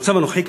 במצב הנוכחי,